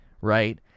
right